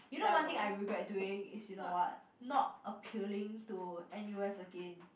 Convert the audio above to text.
you know one thing I regret doing is you know what not appealing to n_u_s again